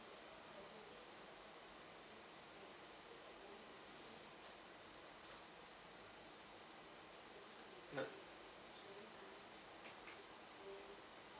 !huh!